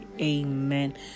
amen